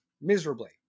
miserably